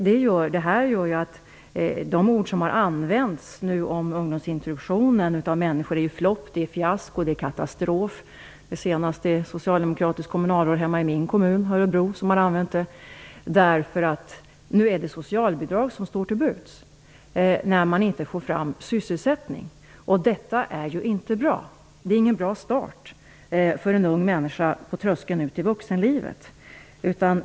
Det här medför att ungdomsintroduktionen har kallats flopp, fiasko och katastrof. Senast användes dessa uttryck av ett socialdemokratiskt kommunalråd i min kommun, Örebro, eftersom det nu bara är socialbidrag som står till buds när man inte får fram sysselsättning. Det är inte bra. Det är ingen bra start för en ung människa på tröskeln till vuxenlivet.